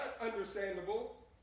understandable